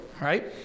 right